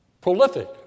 prolific